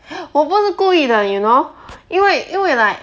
我不是故意的 you know 因为因为 like